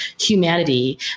humanity